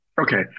Okay